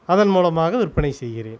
அதன் மூலமாக விற்பனை செய்கிறேன்